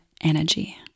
energy